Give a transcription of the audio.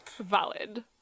valid